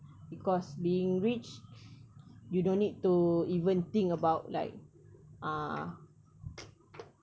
because being rich you don't need to even think about like uh